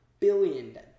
Billion